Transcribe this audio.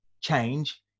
change